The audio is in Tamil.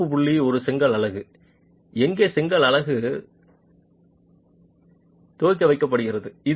சிவப்பு புள்ளி ஒரு செங்கல் அலகு எங்கே செங்கல் அலகு தக்கவைக்கப்படுகிறது